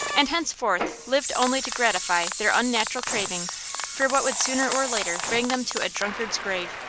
and henceforth lived only to gratify their unnatural craving for what would sooner or later bring them to a drunkard's grave.